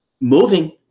moving